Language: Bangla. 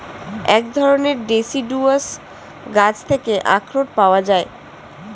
এক ধরণের ডেসিডুয়াস গাছ থেকে আখরোট পাওয়া যায়